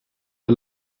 der